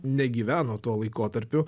negyveno tuo laikotarpiu